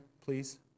please